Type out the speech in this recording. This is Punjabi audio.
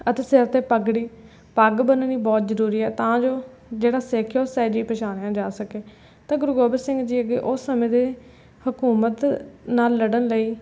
ਅਤੇ ਸਿਰ 'ਤੇ ਪੱਗੜੀ ਪੱਗ ਬੰਨਣੀ ਬਹੁਤ ਜ਼ਰੂਰੀ ਹੈ ਤਾਂ ਜੋ ਜਿਹੜਾ ਸਿੱਖ ਹੈ ਉਹ ਸਹਿਜੇ ਹੀ ਪਛਾਣਿਆ ਜਾ ਸਕੇ ਅਤੇ ਗੁਰੂ ਗੋਬਿੰਦ ਸਿੰਘ ਜੀ ਅੱਗੇ ਉਸ ਸਮੇਂ ਦੇ ਹਕੂਮਤ ਨਾਲ ਲੜਨ ਲਈ